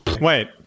Wait